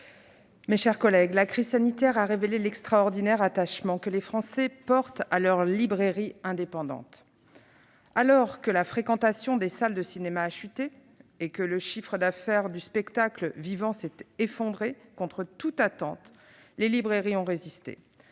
mes chers collègues, la crise sanitaire a révélé l'extraordinaire attachement que les Français portent à leurs librairies indépendantes : alors que la fréquentation des salles de cinéma a chuté et que le chiffre d'affaires du spectacle vivant s'est effondré, contre toute attente, les librairies ont résisté,